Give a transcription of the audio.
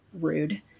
rude